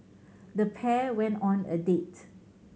the pair went on a date